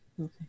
Okay